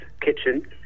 kitchen